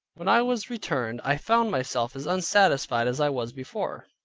when i was returned, i found myself as unsatisfied as i was before.